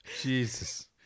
Jesus